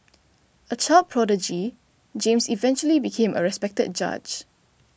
a child prodigy James eventually became a respected judge